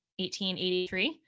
1883